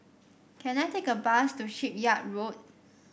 can I take a bus to Shipyard Road